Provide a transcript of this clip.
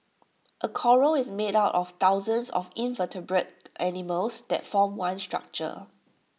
A Coral is made up of thousands of invertebrate animals that form one structure